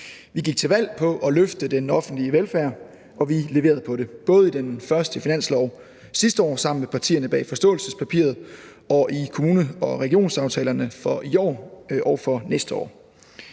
Vi gik til valg på at løfte den offentlige velfærd, og vi leverede på det, både i den første finanslov sidste år sammen med partierne bag forståelsespapiret og i kommune- og regionsaftalerne for i år og for næste år.